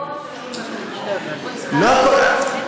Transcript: לא הכול.